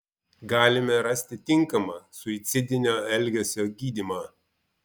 galime rasti tinkamą suicidinio elgesio gydymą